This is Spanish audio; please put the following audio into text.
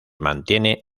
mantiene